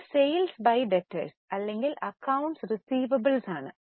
ഇത് sales by debtors അല്ലെങ്കിൽ accounts receivables ആണ്